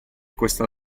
questa